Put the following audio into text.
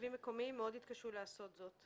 תושבים מקומיים לעומת זאת